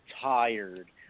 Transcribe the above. tired